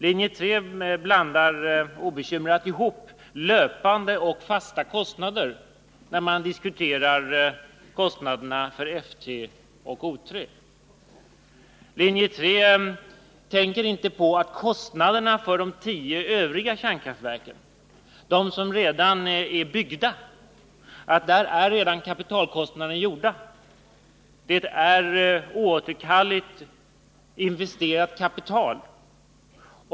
Linje 3 blandar obekymrat ihop löpande och fasta kostnader när man diskuterar kostnaderna för F 3 och O3. Linje 3 tänker inte på att kapitalkostnaderna redan finns för de tio övriga kärnkraftverken, de som är byggda, eftersom investeringarna är gjorda. Det är oåterkalleligt investerat kapital.